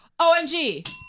OMG